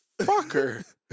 fucker